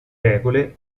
regole